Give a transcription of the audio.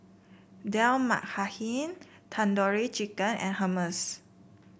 Dal Makhani Tandoori Chicken and Hummus